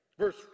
Verse